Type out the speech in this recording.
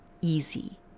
easy